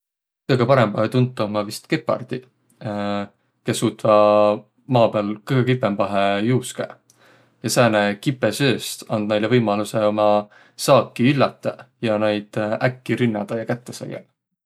Kõgõ parõmbahe tuntuq ommaq vaest gepardiq, kes suutvaq maa pääl kõgõ kipõmbahe juuskõq. Ja säänr kipõ sööst and näile võimalusõ umma saaki üllätäq ja näid äkki rünnädäq ja kätte saiaq.